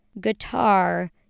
Guitar